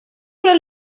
oder